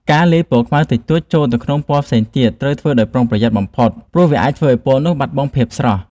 ការលាយពណ៌ខ្មៅតិចតួចចូលទៅក្នុងពណ៌ផ្សេងទៀតត្រូវធ្វើដោយប្រុងប្រយ័ត្នបំផុតព្រោះវាអាចធ្វើឱ្យពណ៌នោះបាត់បង់ភាពស្រស់។